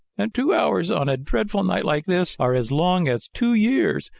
and two hours on a dreadful night like this are as long as two years.